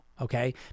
Okay